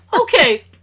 okay